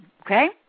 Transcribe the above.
Okay